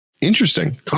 interesting